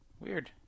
Weird